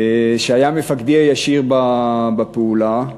שהיה מפקדי הישיר בפעולה,